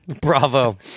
Bravo